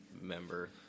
member